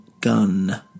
gun